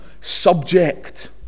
subject